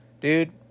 dude